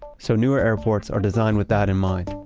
so newer airports are designed with that in mind.